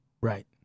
Right